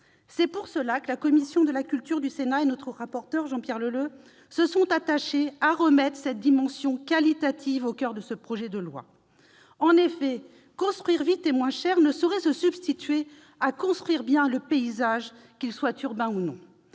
C'est pour cela que la commission de la culture du Sénat et son rapporteur pour avis, Jean-Pierre Leleux, se sont attachés à remettre la dimension qualitative au coeur du projet de loi. En effet, construire vite et moins cher ne saurait se substituer à construire bien le paysage, qu'il soit urbain ou non.